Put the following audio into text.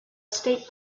state